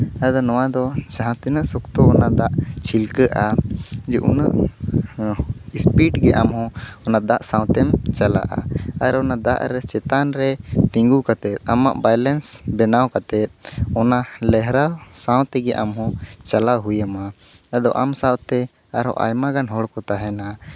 ᱟᱫᱚ ᱱᱚᱣᱟ ᱫᱚ ᱡᱟᱦᱟᱸ ᱛᱤᱱᱟᱹᱜ ᱥᱚᱠᱛᱚ ᱚᱱᱟ ᱫᱟᱜ ᱪᱷᱤᱞᱟᱹᱜᱼᱟ ᱡᱮ ᱩᱱᱟᱹᱜ ᱤᱥᱯᱤᱰ ᱜᱮ ᱟᱢ ᱦᱚᱸ ᱚᱱᱟ ᱫᱟᱜ ᱥᱟᱶᱛᱮᱢ ᱪᱟᱞᱟᱜᱼᱟ ᱟᱨ ᱚᱱᱟᱜ ᱫᱟᱜ ᱨᱮ ᱪᱮᱛᱟᱱ ᱨᱮ ᱛᱤᱸᱜᱩ ᱠᱟᱛᱮ ᱟᱢᱟᱜ ᱵᱮᱭᱞᱮᱱᱥ ᱵᱮᱱᱟᱣ ᱠᱟᱛᱮ ᱚᱱᱟ ᱞᱮᱦᱨᱟᱣ ᱥᱟᱶ ᱛᱮᱜᱮ ᱟᱢ ᱦᱚᱸ ᱪᱟᱞᱟᱣ ᱦᱩᱭ ᱟᱢᱟ ᱟᱫᱚ ᱟᱢ ᱥᱟᱶᱛᱮ ᱟᱨ ᱦᱚᱸ ᱟᱭᱢᱟ ᱜᱟᱱ ᱦᱚᱲ ᱠᱚ ᱛᱟᱦᱮᱱᱟ